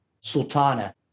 sultana